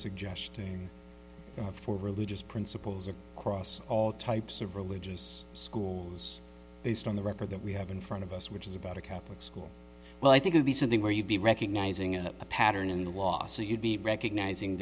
suggesting for religious principles or across all types of religious schools based on the record that we have in front of us which is about a catholic school well i think would be something where you'd be recognizing a pattern in the law so you'd be recognizing